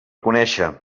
conéixer